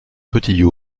petit